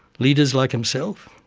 leaders like himself,